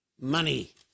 Money